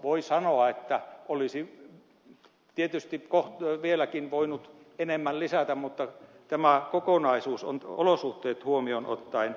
voi sanoa että olisi tietysti vieläkin voinut enemmän lisätä mutta on kuitenkin sanottava että tämä kokonaisuus on olosuhteet huomioon ottaen